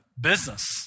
business